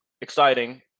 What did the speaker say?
exciting